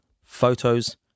photos